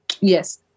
yes